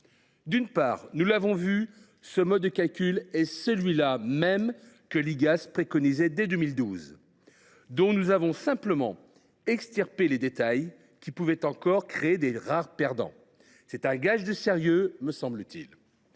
D’une part, nous l’avons vu, ce mode de calcul est précisément celui que l’Igas préconisait dès 2012. Nous en avons simplement extirpé les détails qui pouvaient encore créer de rares perdants. C’est un gage de sérieux, me semble t il.